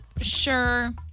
sure